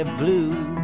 blue